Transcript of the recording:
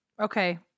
okay